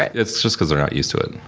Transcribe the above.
it's just because they're not used to it.